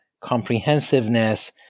comprehensiveness